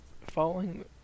Following